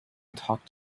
talked